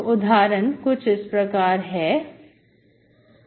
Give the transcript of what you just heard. तो उदाहरण कुछ इस प्रकार है प्रश्न 5 x43x2y2 2xy3 dx 2x3y 3x2y2 5y4 dy0 है